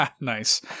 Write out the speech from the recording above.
Nice